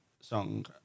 song